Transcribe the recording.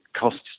costs